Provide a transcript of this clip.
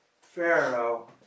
Pharaoh